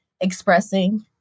expressing